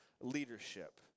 leadership